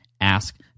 Ask